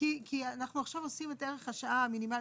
--- כי אנחנו עכשיו עושים את ערך השעה המינימלי,